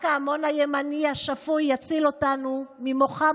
רק ההמון הימני השפוי יציל אותנו ממוחם